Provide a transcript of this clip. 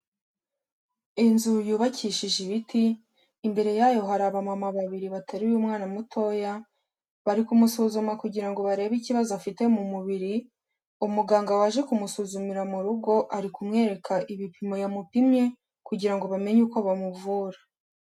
Inzu yubakishije ibiti, imbere yayo hari abamama babiri bateruye umwana mutoya, bari kumusuzuma kugira ngo barebe ikibazo afite mu mubiri, umuganga waje kumusuzumira mu rugo ari kumwereka ibipimo yamupimye, kugira ngo bamenye uko bamuvura.